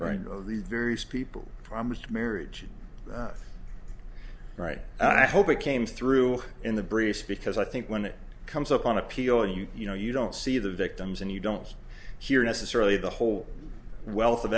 any of the various people promised marriage right and i hope it came through in the briefs because i think when it comes up on appeal you you know you don't see the victims and you don't hear necessarily the whole wealth of